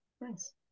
nice